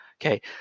Okay